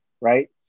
Right